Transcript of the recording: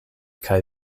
kaj